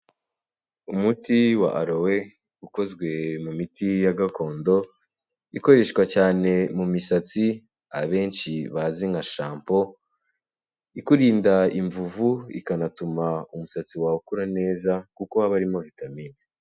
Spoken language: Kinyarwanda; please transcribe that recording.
Umuti wa Aloe, ukozwe mu miti ya gakondo, ikoreshwa cyane mu misatsi. abenshi bazi nka shampo, ikurinda imvuvu ikanatuma umusatsi wawe ukura neza. kuko haba harimo vitamine.